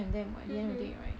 mmhmm